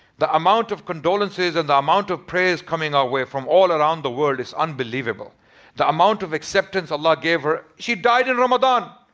the amount of condolences and the amount of prayers coming our way from all around the world is unbelievable the amount of acceptance allah gave her. she died in ramadan.